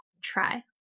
try